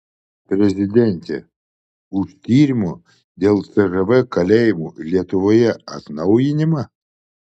prezidentė už tyrimo dėl cžv kalėjimų lietuvoje atnaujinimą